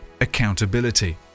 accountability